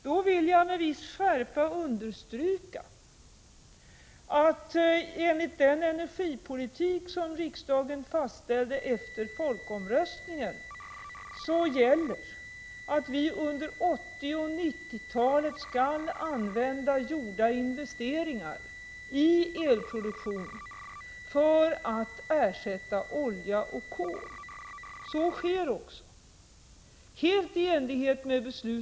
Då vill jag med viss skärpa understryka att enligt den energipolitik som riksdagen fastställt efter folkomröstningen gäller att vi under 1980 och 1990-talet skall använda gjorda investeringar i elproduktion för att ersätta olja och kol. Så sker också, helt i enlighet med 87 Prot.